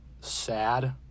sad